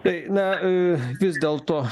tai na vis dėlto